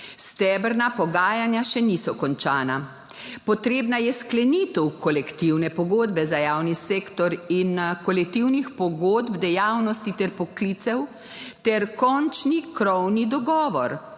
Stebrna pogajanja še niso končana, potrebna je sklenitev kolektivne pogodbe za javni sektor in kolektivnih pogodb dejavnosti ter poklicev ter končni krovni dogovor,